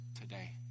today